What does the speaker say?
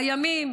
הימים